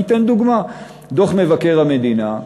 אני אתן דוגמה: דוח מבקר המדינה,